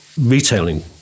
retailing